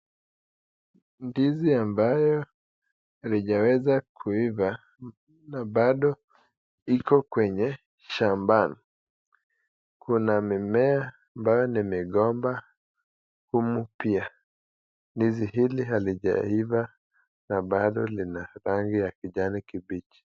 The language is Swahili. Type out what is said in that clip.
Ndizi ambayo halijaweza kuiva na bado iko kwenye shambani kuna mimea ambayo ni migomba humu, pia ndizi hili halijaiva na bado lina rangi ya kijani kibichi.